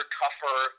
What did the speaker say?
tougher